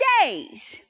days